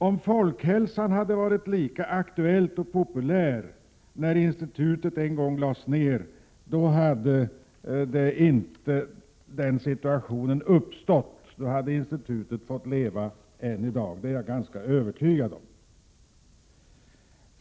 Om folkhälsan hade varit lika aktuell och populär när institutet en gång lades ned, hade inte den situationen uppstått, utan då hade institutet fått leva än i dag — därom är jag ganska övertygad.